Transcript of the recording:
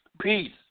peace